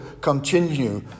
continue